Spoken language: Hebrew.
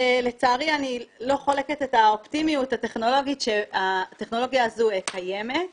לצערי אני לא חולקת את האופטימיות שהטכנולוגיה הזו קיימת.